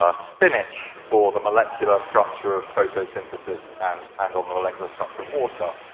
ah spinach for the molecular structure of photosynthesis and and on the molecular structure of water.